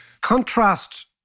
Contrast